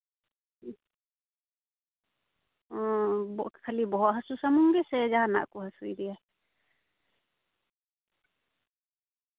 ᱦᱩᱸ ᱚ ᱠᱷᱟᱹᱞᱤ ᱵᱚᱦᱚᱜ ᱦᱟᱹᱥᱩ ᱥᱩᱢᱩᱝ ᱜᱮᱥᱮ ᱥᱮ ᱡᱟᱦᱟᱱᱟᱜ ᱠᱚ ᱦᱟᱹᱥᱩᱭᱮᱫᱮᱭᱟ